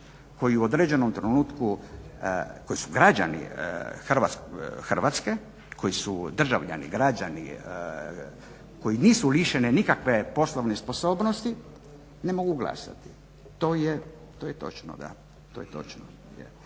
koji u određenom trenutku, koji su građani Hrvatske, koji su državljani, građani, koji nisu lišene nikakve poslovne sposobnosti ne mogu glasati. To je točno. Da. To je ako